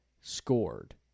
scored